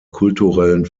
kulturellen